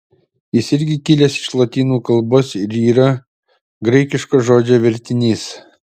jis irgi kilęs iš lotynų kalbos ir yra graikiško žodžio vertinys